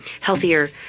healthier